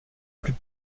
plus